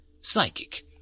Psychic